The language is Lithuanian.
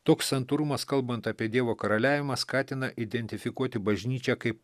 toks santūrumas kalbant apie dievo karaliavimą skatina identifikuoti bažnyčią kaip